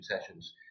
sessions